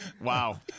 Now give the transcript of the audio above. Wow